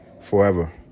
Forever